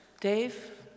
Dave